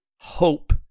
hope